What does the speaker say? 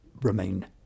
remain